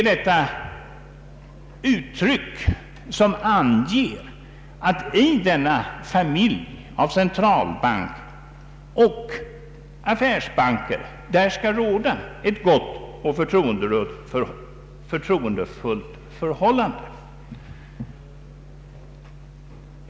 Detta uttryck anger att i denna familj av centralbanker och affärsbanker skall råda ett gott och förtroendefullt förhållande.